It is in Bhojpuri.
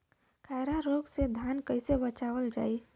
खैरा रोग से धान कईसे बचावल जाई?